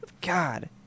God